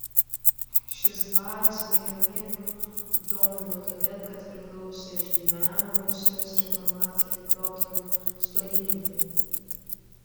šis dvaras milijonierių domino todėl kad priklausė žymiam rusijos reformatoriui piotrui stolypinui